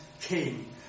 king